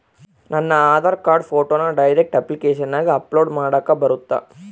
ನನ್ನ ಆಧಾರ್ ಕಾರ್ಡ್ ಫೋಟೋನ ಡೈರೆಕ್ಟ್ ಅಪ್ಲಿಕೇಶನಗ ಅಪ್ಲೋಡ್ ಮಾಡಾಕ ಬರುತ್ತಾ?